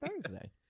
Thursday